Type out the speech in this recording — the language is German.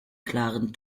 klaren